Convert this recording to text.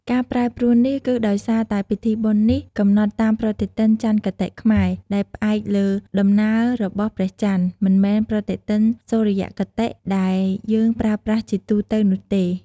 ការប្រែប្រួលនេះគឺដោយសារតែពិធីបុណ្យនេះកំណត់តាមប្រតិទិនចន្ទគតិខ្មែរ ដែលផ្អែកលើដំណើររបស់ព្រះចន្ទ មិនមែនប្រតិទិនសុរិយគតិ ដែលយើងប្រើប្រាស់ជាទូទៅនោះទេ។